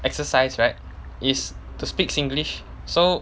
exercise right is to speak singlish so